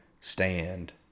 stand